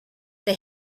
they